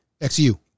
X-U